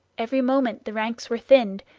every moment the ranks were thinned,